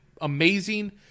amazing